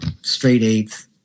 straight-eighth